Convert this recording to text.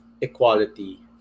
equality